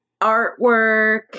Artwork